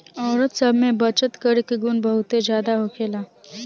औरत सब में बचत करे के गुण बहुते ज्यादा होखेला